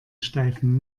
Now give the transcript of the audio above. steifen